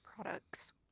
products